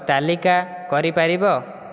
ତାଲିକା କରିପାରିବ